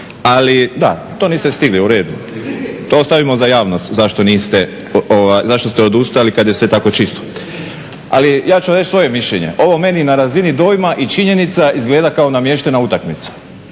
Da, to niste stigli, u redu. To ostavimo za javnost zašto ste odustali kad je sve tako čisto. Ali ja ću vam reći svoje mišljenje, ovo meni na razini dojma i činjenica izgleda kao namještena utakmica.